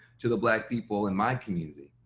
to the black people in my community.